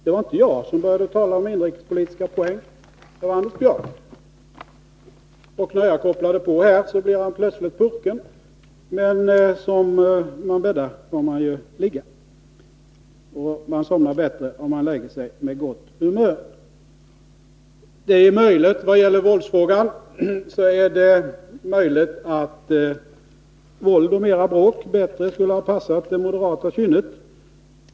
Det var inte jag som började tala om inrikespolitiska poäng, utan det var Anders Björck. När jag ”kopplade på” här, blev han plötsligt purken. Men som man bäddar får man ligga, Man somnar lättare, om man lägger sig med gott humör. Vad gäller våldsfrågan så är det möjligt att våld och mera bråk bättre skulle ha passat det moderata kynnet.